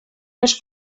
més